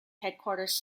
headquarters